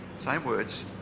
same words.